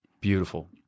Beautiful